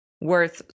worth